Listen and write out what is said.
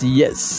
yes